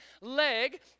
leg